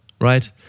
right